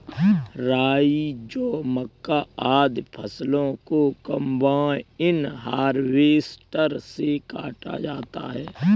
राई, जौ, मक्का, आदि फसलों को कम्बाइन हार्वेसटर से काटा जाता है